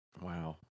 wow